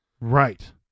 Right